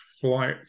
flight